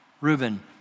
Reuben